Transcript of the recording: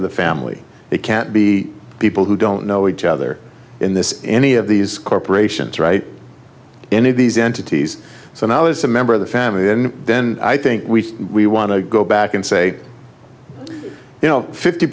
of the family it can't be people who don't know each other in this any of these corporations right any of these entities so now as a member of the family and then i think we we want to go back and say you know fifty